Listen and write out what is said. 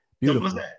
beautiful